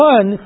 One